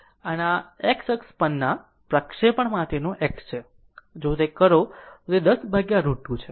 આ એક અને આ x અક્ષ પરના પ્રક્ષેપણ માટેનો x છે જો તે કરો તો તે 10 √ 2 છે